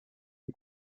les